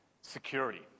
security